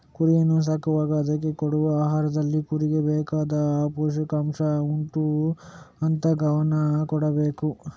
ಕುರಿಯನ್ನ ಸಾಕುವಾಗ ಅದ್ಕೆ ಕೊಡುವ ಆಹಾರದಲ್ಲಿ ಕುರಿಗೆ ಬೇಕಾದ ಪೋಷಕಾಂಷ ಉಂಟಾ ಅಂತ ಗಮನ ಕೊಡ್ಬೇಕು